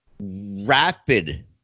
rapid